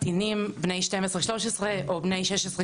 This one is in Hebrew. קטינים בני ,12 13 או בני 16,